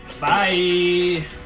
bye